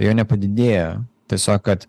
jo nepadidėjo tiesiog kad